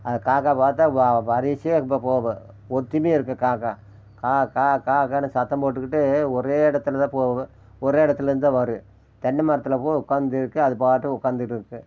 அதை காக்கா பார்த்தா வா வரிசையாக ரொம்ப போகும் ஒற்றுமையா இருக்கும் காக்கா கா கா கா னு சத்தம் போட்டுக்கிட்டு ஒரே இடத்தில்தான் போகும் ஒரே இடத்துலிருந்துதான் வரும் தென்னை மரத்தில் பூரா உட்காந்து இருக்கும் அதுபாட்டுக்க உட்காந்துட்டு இருக்கும்